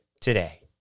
today